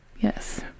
Yes